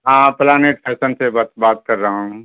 ہاں ہاں plantation سے بات کر رہا ہوں